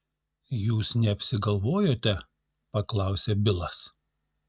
jūs neapsigalvojote paklausė bilas